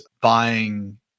buying